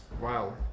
Wow